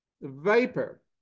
vapor